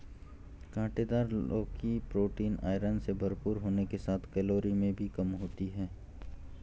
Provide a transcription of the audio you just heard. काँटेदार लौकी protein, iron से भरपूर होने के साथ कैलोरी में भी कम होती है